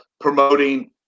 promoting